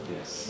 Yes